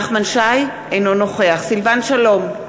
אינו נוכח סילבן שלום,